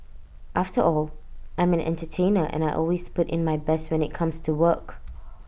after all I'm an entertainer and I always put in my best when IT comes to work